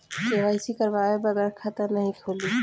KYC करवाये बगैर खाता नाही खुली?